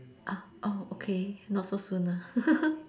ah oh okay not so soon nah